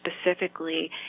specifically